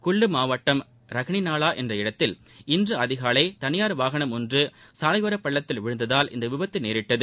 குல்லு மாவட்டம் ராளிநாலா என்ற இடத்தில் இன்று அதிகாலை தனியார் வாகனம் சாலையோரப்பள்ளத்தில் விழுந்ததால் இந்த விபத்து நேரிட்டது